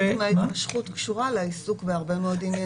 --- ההתמשכות קשורה לעיסוק בהרבה מאוד עניינים.